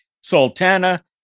Sultana